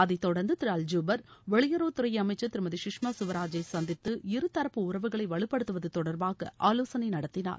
அதைத் தொடர்ந்து திரு அல் ஜூபர் வெளியுறவுத்துறை அமைச்சர் திருமதி சுஷ்மா சுவராஜை சந்தித்து இருதரப்பு உறவுகளை வலுப்படுத்துவது தொடர்பாக ஆலோசனை நடத்தினார்